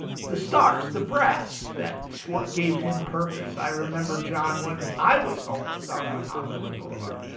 the stars, the brass, that's what gave him purpose. i remember john when i was homeless out on hollywood boulevard.